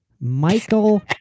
Michael